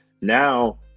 now